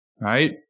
right